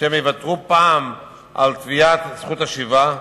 שהם יוותרו פעם על תביעת זכות השיבה?